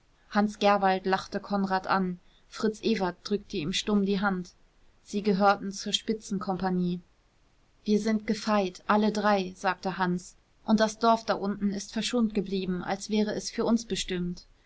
hans gerwald lachte konrad an fritz ewert drückte ihm stumm die hand sie gehörten zur spitzenkompagnie wir sind gefeit alle drei sagte hans und das dorf da unten ist verschont geblieben als wäre es für uns bestimmt